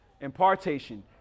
Impartation